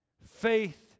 Faith